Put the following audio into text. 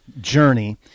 Journey